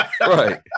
Right